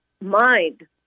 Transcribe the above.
mind